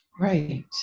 Right